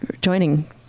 joining